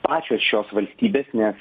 pačios šios valstybės nes